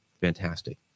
fantastic